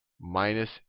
minus